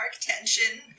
tension